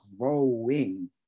growing